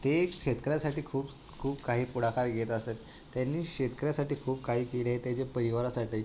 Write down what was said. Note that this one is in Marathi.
ते शेतकऱ्यांसाठी खूप खूप काही पुढाकार घेत असत त्यांनी शेतकऱ्यासाठी खूप काही केले त्याच्या परिवारासाठी